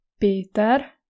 Peter